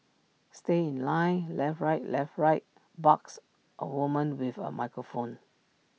stay in line left right left right barks A woman with A microphone